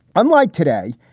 unlike today,